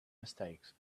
mistakes